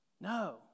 No